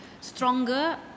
stronger